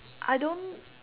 I don't